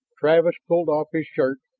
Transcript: travis pulled off his shirt,